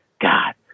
God